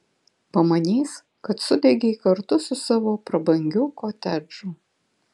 pamanys kad sudegei kartu su savo prabangiu kotedžu